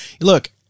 Look